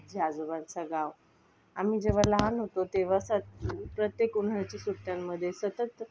आजी आजोबांचं गाव आम्ही जेव्हा लहान होतो तेव्हा सत् प्रत्येक उन्हाळ्याची सुट्ट्यांमध्ये सतत